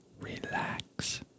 relax